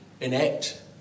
enact